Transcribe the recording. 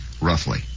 roughly